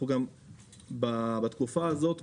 בתקופה הזאת,